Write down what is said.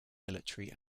military